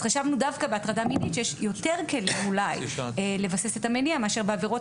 חשבנו שדווקא בהטרדה מינית אולי יש יותר כלים לבסס את המניע מאשר בעבירות